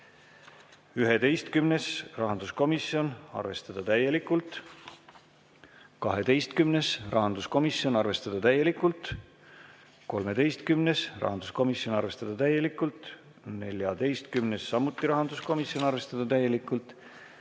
11.: rahanduskomisjon, arvestada täielikult. 12.: rahanduskomisjon, arvestada täielikult. 13.: rahanduskomisjon, arvestada täielikult. 14.: samuti rahanduskomisjon, arvestada täielikult.